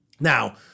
Now